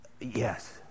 Yes